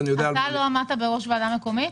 אתה לא עמדת בראש ועדה מקומית?